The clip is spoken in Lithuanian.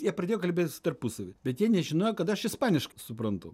jie pradėjo kalbėtis tarpusavy bet jie nežinojo kad aš ispaniškai suprantu